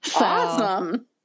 Awesome